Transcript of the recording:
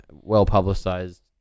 well-publicized